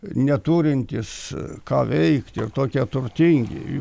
neturintys ką veikti ir tokie turtingi